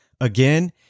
Again